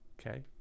Okay